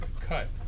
Cut